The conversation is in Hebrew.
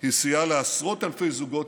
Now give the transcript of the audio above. היא סייעה לעשרות אלפי זוגות